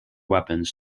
weapons